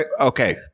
Okay